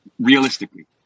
Realistically